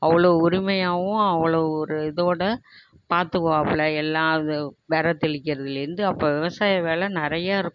அவ்வளோ உரிமையாகவும் அவ்வளோ ஒரு இதோடு பார்த்துக்குவாப்ல எல்லாம் அது வெதை தெளிக்கிறதுலேருந்து அப்போ விவசாய வேலை நிறையா இருக்கும்